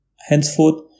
henceforth